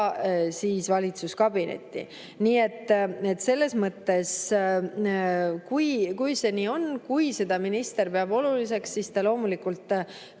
raha valitsuskabinetti. Nii et selles mõttes, kui see nii on, kui seda minister peab oluliseks, siis ta loomulikult